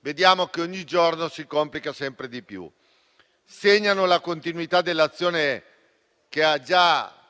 vediamo che ogni giorno si complica sempre di più. Esso segna la continuità dell'azione che hanno già portato